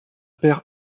père